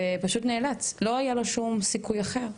לא היה לא שום סיכוי אחר,